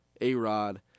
A-Rod